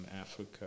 Africa